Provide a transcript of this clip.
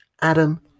Adam